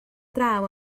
draw